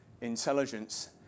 intelligence